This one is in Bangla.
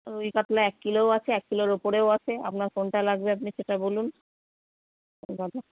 রুই কাতলা এক কিলোও আছে এক কিলোর উপরেও আছে আপনার কোনটা লাগবে আপনি সেটা বলুন